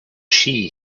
she